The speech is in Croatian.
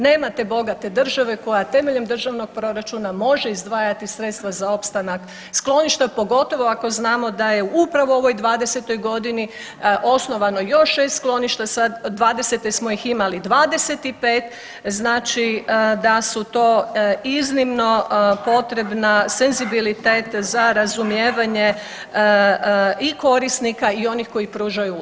Nema te bogate države koja temeljem državnog proračuna može izdvajati sredstva za opstanak skloništa, pogotovo ako znamo da je upravo uovoj 2020.g. osnovano još šest skloništa, 2020. smo ih imali 25, znači da su to iznimno potrebna senzibilitet za razumijevanje i korisnika i onih koji pružaju uslugu.